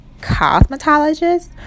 cosmetologist